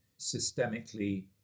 systemically